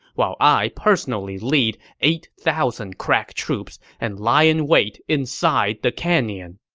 while i personally lead eight thousand crack troops and lie in wait inside the canyon.